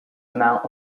amount